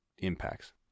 impacts